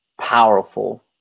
powerful